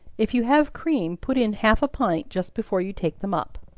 if you have cream, put in half a pint just before you take them up.